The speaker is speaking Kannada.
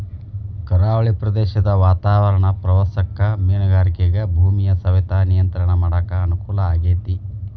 ಕರಾವಳಿ ಪ್ರದೇಶದ ವಾತಾವರಣ ಪ್ರವಾಸಕ್ಕ ಮೇನುಗಾರಿಕೆಗ ಭೂಮಿಯ ಸವೆತ ನಿಯಂತ್ರಣ ಮಾಡಕ್ ಅನುಕೂಲ ಆಗೇತಿ